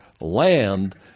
land